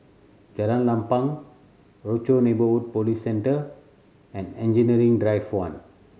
Jalan Lapang Rochor Neighborhood Police Centre and Engineering Drive One